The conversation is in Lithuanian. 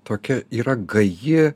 tokia yra gaji